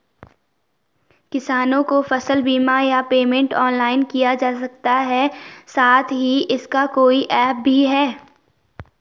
किसानों को फसल बीमा या पेमेंट ऑनलाइन किया जा सकता है साथ ही इसका कोई ऐप भी है?